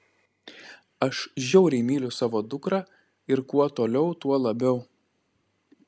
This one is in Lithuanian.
aš žiauriai myliu savo dukrą ir kuo toliau tuo labiau